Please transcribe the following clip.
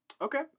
Okay